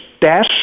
dash